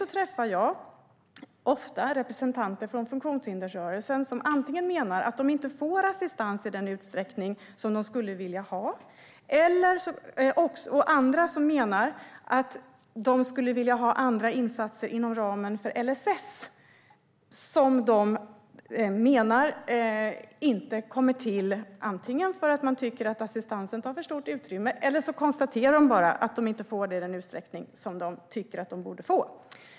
Jag träffar ofta representanter från funktionshindersrörelsen som menar att de inte får assistans i den utsträckning som de skulle vilja ha. Andra menar att de skulle vilja ha andra insatser inom ramen för LSS, som de menar inte kommer till. De tycker antingen att assistansen tar för stort utrymme eller att de inte får den i den utsträckning som de tycker att de borde få.